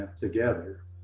together